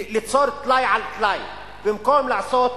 ליצור טלאי על טלאי, במקום לעשות